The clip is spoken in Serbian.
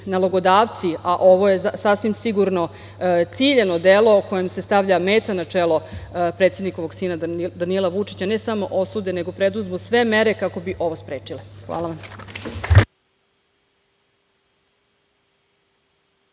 nalogodavci, a ovo je sasvim sigurno ciljano delo kojim se stavlja meta na čelo predsednikovog sina Danila Vučića, ne samo osude, nego preduzmu sve mere kako bi ovo sprečili. Hvala vam.